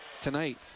tonight